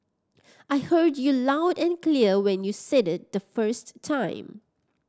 I heard you loud and clear when you said it the first time